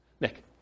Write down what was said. Nick